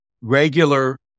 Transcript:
regular